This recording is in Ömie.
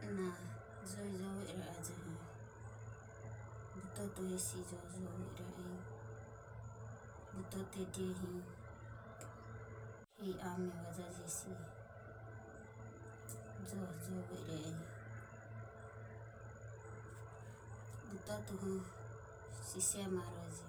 Na joe jovo i reajoho na butoto hesi joe jovo i re e. butoto diehi hehi ame vajadoho. hesi joho jovo i re. butotoho sisemareji